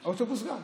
אז מה ההבדל?